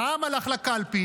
העם הלך לקלפי,